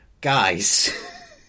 guys